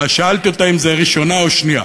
אז שאלתי אותה אם זו הראשונה או השנייה.